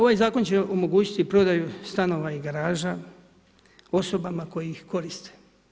Ovaj zakon će omogućiti prodaju stanova i garaža osobama koje ih koriste.